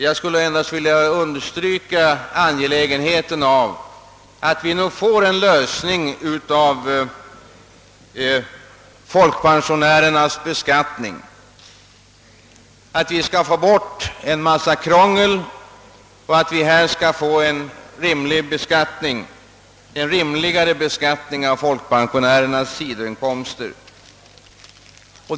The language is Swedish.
Jag vill endast understryka angelägenheten av att vi nu får en lösning av problemet med folkpensionärernas beskattning, att en mängd krångligheter tas bort och att vi får en rimligare beskattning av folkpensionärernas sidoinkomster.